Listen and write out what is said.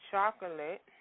Chocolate